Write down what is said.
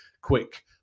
quick